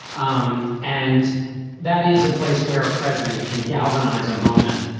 um and that is a place where a president can galvanize a moment.